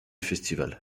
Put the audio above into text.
festival